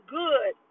good